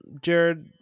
Jared